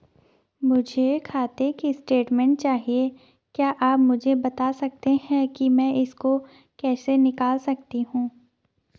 मुझे खाते की स्टेटमेंट चाहिए क्या आप मुझे बताना सकते हैं कि मैं इसको कैसे निकाल सकता हूँ?